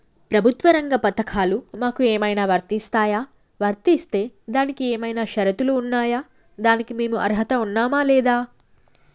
ప్రభుత్వ రంగ పథకాలు మాకు ఏమైనా వర్తిస్తాయా? వర్తిస్తే దానికి ఏమైనా షరతులు ఉన్నాయా? దానికి మేము అర్హత ఉన్నామా లేదా?